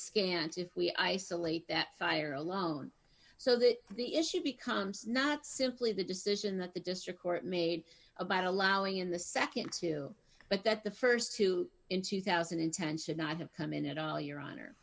scant if we isolate that fire alone so that the issue becomes not simply the decision that the district court made about allowing in the nd two but that the st two in two thousand and ten should not have come in at all your honor